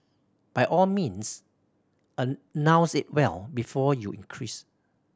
by all means announce it well before you increase